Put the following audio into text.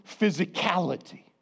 physicality